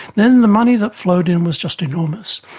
than the money that flowed in was just enormous,